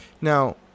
Now